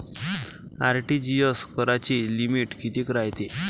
RTGS कराची limit कितीक रायते?